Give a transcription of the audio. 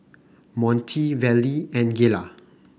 Monty Vallie and Gayla